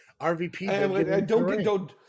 RVP